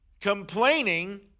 Complaining